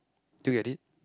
do you get it